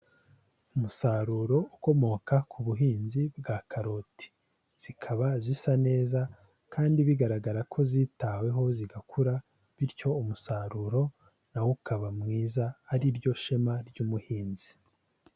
Umusaruro ukomoka ku buhinzi bwa karoti. Zikaba zisa neza kandi bigaragara ko zitaweho zigakura, bityo umusaruro na wo ukaba mwiza, ari ryo shema ry'umuhinzi.